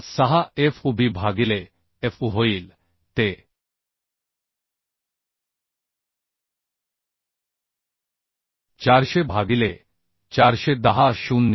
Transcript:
66 f u b भागिले f u होईल ते 400 भागिले 410 0